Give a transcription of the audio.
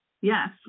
Yes